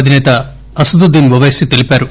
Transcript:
అధిసేత అసదుద్దీన్ ఓవైసీ తెలిపారు